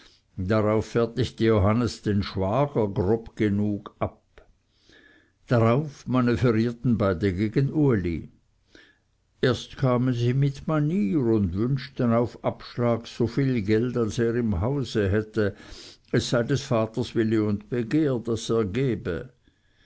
darauf fertigte johannes den schwager grob genug ab darauf manöverierten beide gegen uli erst kamen sie mit manier und wünschten auf abschlag so viel geld als er im hause hätte es sei des vaters wille und begehr daß er gebe